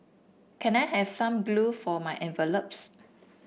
can I have some glue for my envelopes